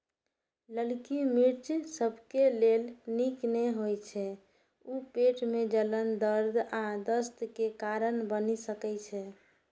ललकी मिर्च सबके लेल नीक नै होइ छै, ऊ पेट मे जलन, दर्द आ दस्त के कारण बनि सकै छै